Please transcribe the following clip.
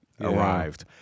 arrived